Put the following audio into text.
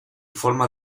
forma